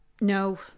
No